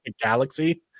Galaxy